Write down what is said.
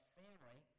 family